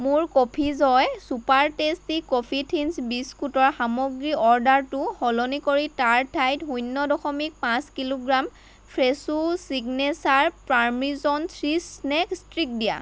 মোৰ coffee joy super tasty coffee thins বিস্কুটৰ সামগ্ৰীৰ অৰ্ডাৰটো সলনি কৰি তাৰ ঠাইত শূন্য দশমিক পাঁচ kilogram Fresho signature parmesan cheese snack stick দিয়া